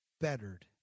bettered